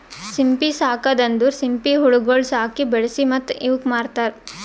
ಸಿಂಪಿ ಸಾಕದ್ ಅಂದುರ್ ಸಿಂಪಿ ಹುಳಗೊಳ್ ಸಾಕಿ, ಬೆಳಿಸಿ ಮತ್ತ ಇವುಕ್ ಮಾರ್ತಾರ್